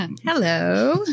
Hello